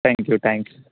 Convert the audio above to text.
thank you thank you